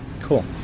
Cool